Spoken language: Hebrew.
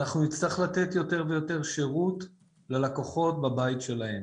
אנחנו נצטרך לתת יותר ויותר שירות ללקוחות בבית שלהם.